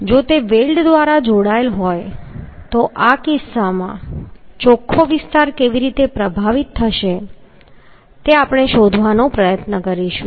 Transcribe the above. જો તે વેલ્ડ દ્વારા જોડાયેલ હોય તો આ કિસ્સામાં ચોખ્ખો વિસ્તાર કેવી રીતે પ્રભાવિત થશે તે આપણે શોધવાનો પ્રયત્ન કરીશું